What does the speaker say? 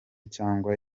cyangwa